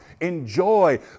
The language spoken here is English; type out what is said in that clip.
Enjoy